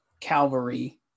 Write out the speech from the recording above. calvary